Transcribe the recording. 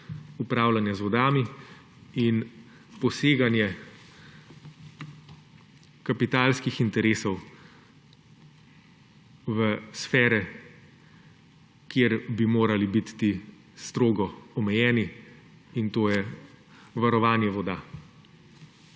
upravljanja z vodami ter poseganje kapitalskih interesov v sfero, kjer bi morali biti ti strogo omejeni, in to je varovanje voda.